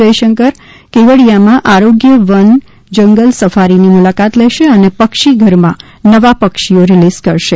જયશંકર કેવડીયામાં આરોગ્ય વન જંગલ સફારીની મુલાકાત લેશે અને પક્ષી ઘરમાં નવા પક્ષીઓ રીલીઝ કરશે